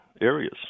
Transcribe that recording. areas